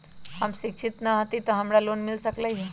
हम शिक्षित न हाति तयो हमरा लोन मिल सकलई ह?